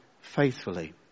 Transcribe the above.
faithfully